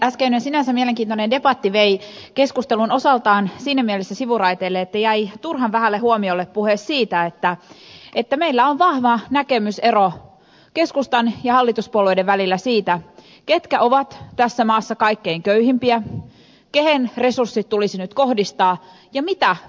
äskeinen sinänsä mielenkiintoinen debatti vei keskustelun osaltaan siinä mielessä sivuraiteelle että jäi turhan vähälle huomiolle puhe siitä että meillä on vahva näkemysero keskustan ja hallituspuolueiden välillä siitä ketkä ovat tässä maassa kaikkein köyhimpiä kehen resurssit tulisi nyt kohdistaa ja mitä perusturva tarkoittaa